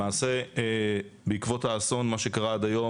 למעשה בעקבות האסון מה שקרה עד היום,